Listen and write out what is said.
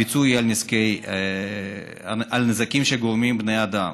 הפיצוי הוא על נזקים שגורמים בני אדם.